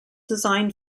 design